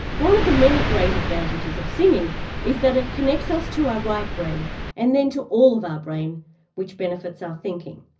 one of the many great advantages of singing is that it ah connects us to our right brain and then to all of our brain which benefits our thinking.